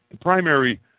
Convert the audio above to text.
primary